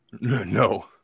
No